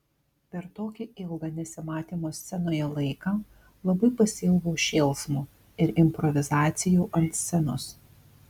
per tokį ilgą nesimatymo scenoje laiką labai pasiilgau šėlsmo ir improvizacijų ant scenos